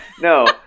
no